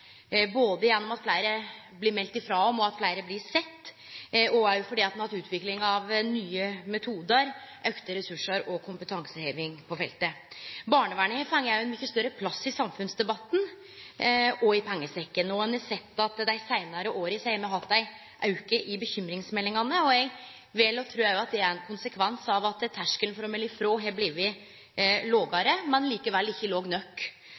både gjennom at fleire blir melde frå om, at fleire blir sedde, men òg fordi ein har hatt utvikling av nye metodar, auka ressursar og kompetanseheving på feltet. Barnevern har òg fått ein mykje større plass i samfunnsdebatten og i pengesekken. Ein har dei seinare åra sett ein auke i talet på bekymringsmeldingar, og eg vel å tru at dette er ein konsekvens av at terskelen for å melde frå er blitt lågare, men likevel ikkje låg nok.